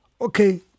Okay